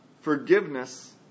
forgiveness